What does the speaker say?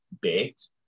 baked